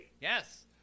Yes